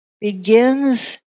begins